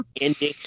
ending